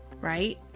right